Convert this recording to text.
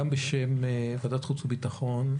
גם בשם ועדת החוץ והביטחון,